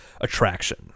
attraction